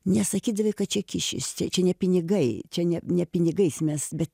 nesakydavai kad čia kyšis čia čia ne pinigai čia ne ne pinigais mes bet